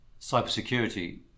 cybersecurity